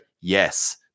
yes